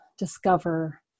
discover